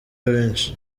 benshi